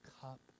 cup